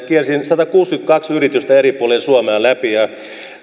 kiersin satakuusikymmentäkaksi yritystä eri puolilla suomea läpi ja